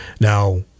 Now